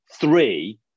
three